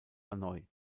hanoi